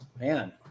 Man